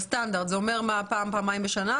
זה אומר פעם-פעמיים בשנה?